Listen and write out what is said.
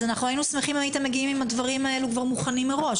אז אנחנו היינו שמחים אם הייתם מגיעים עם הדברים האלה כבר מוכנים מראש.